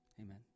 Amen